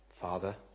Father